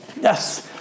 Yes